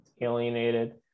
alienated